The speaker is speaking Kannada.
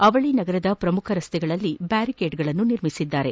ಅವಳಿ ನಗರದ ಪ್ರಮುಖ ರಸ್ತೆಗಳಲ್ಲಿ ಬ್ಲಾರಿಕೇಡ್ಗಳನ್ನು ನಿರ್ಮಿಸಿದ್ದಾರೆ